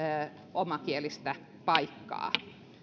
omakielistä paikkaa